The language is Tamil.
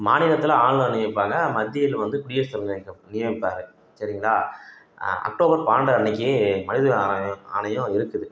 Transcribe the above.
மாநிலத்தில் ஆளுநரை நியமிப்பாங்க மத்தியில் வந்து குடியரசு தலைவரை நியமிப் நியமிப்பார் சரிங்களா அக்டோபர் பன்னெண்டு அன்றைக்கி மனித ஆணையம் ஆணையம் அது இருக்குது